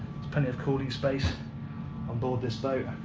plenty of cooling space on board this boat,